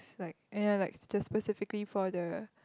it's like ya like just specifically for the